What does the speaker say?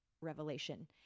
Revelation